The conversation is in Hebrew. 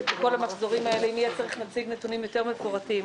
בכל המחזורים אם יהיה צריך נציג נתונים מפורטים יותר